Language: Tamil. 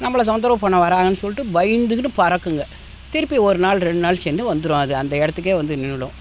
நம்மள தொந்தரவு பண்ண வர்றாங்கன்னு சொல்லிட்டு பயந்துக்கின்னு பறக்கும்ங்க திருப்பி ஒரு நாள் ரெண்டு நாள் சென்று வந்துடும் அது அந்த இடத்துக்கே வந்து நின்னுவிடும்